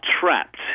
trapped